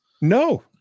No